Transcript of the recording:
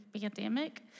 pandemic